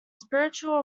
spiritual